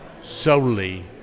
solely